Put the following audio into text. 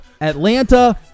Atlanta